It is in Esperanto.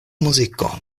muziko